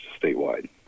statewide